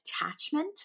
attachment